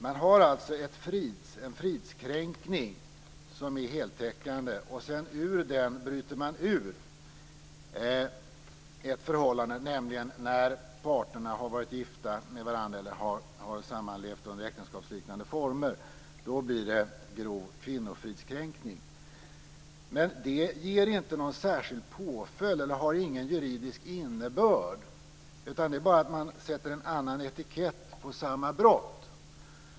Man har en fridskränkning som är heltäckande. Ur den bryter man ett förhållande, nämligen när parterna har varit gifta med varandra eller sammanlevt under äktenskapsliknande former. Då blir det grov kvinnofridskränkning. Men det ger inte någon särskild påföljd och har ingen juridisk innebörd. Man sätter bara en annan etikett på samma brott.